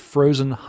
Frozen